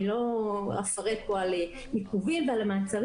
אני לא אפרט פה על עיכובים ומעצרים.